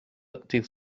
dydd